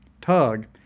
Tug